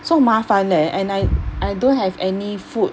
so 麻烦 leh and I I don't have any food